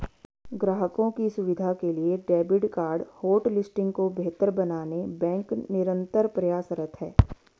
ग्राहकों की सुविधा के लिए डेबिट कार्ड होटलिस्टिंग को बेहतर बनाने बैंक निरंतर प्रयासरत है